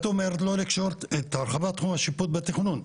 את אומרת לא לקשור את הרחבת תחום השיפוט בתכנון,